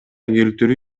келтирүү